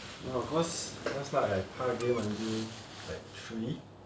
oh because last night I pa game until like three